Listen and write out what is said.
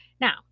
Now